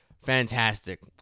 Fantastic